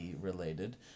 related